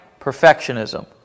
Perfectionism